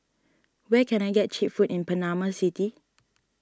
where can I get Cheap Food in Panama City